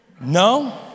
No